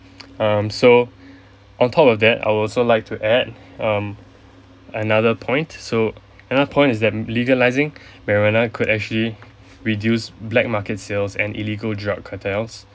um so on top of that I would also like to add um another point so another point is that legalising marijuana could actually reduce black market sales and illegal drug cartels